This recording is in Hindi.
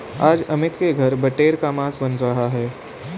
आज अमित के घर बटेर का मांस बन रहा है